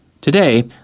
Today